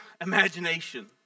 imagination